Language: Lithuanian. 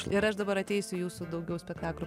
ir aš dabar ateisiu į jūsų daugiau spektaklių